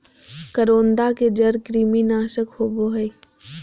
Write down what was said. करौंदा के जड़ कृमिनाशक होबा हइ